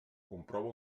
comprova